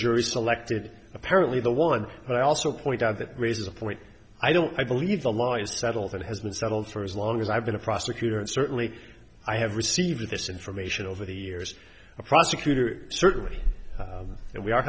jury selected apparently the one but i also point out that raises a point i don't i believe the law is settled and has been settled for as long as i've been a prosecutor and certainly i have received this information over the years a prosecutor certainly and we are